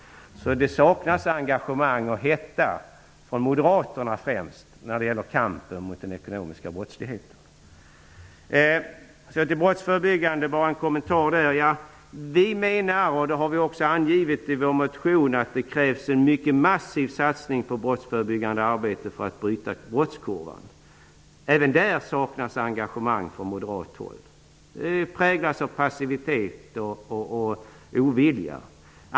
Det saknas alltså engagemang och hetta från främst moderaterna när det gäller kampen mot den ekonomiska brottsligheten. Vi menar, och det har vi också angivit i vår motion, att det krävs en massiv satsning på brottsförebyggande arbete för att bryta brottskurvorna. Även där saknas engagemang från moderat håll. Ert agerande präglas av passivitet och ovilja.